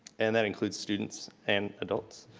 and that includes students and adults.